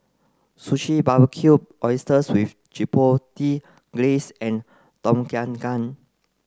Sushi Barbecued Oysters with Chipotle Glaze and Tom Kha Gai